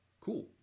cool